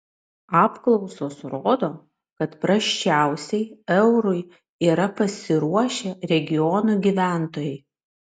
apklausos rodo kad prasčiausiai eurui yra pasiruošę regionų gyventojai